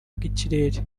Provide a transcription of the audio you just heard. bw’ikirere